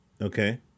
Okay